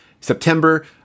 September